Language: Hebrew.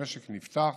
המשק נפתח,